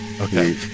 Okay